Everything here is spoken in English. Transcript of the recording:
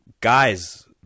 guys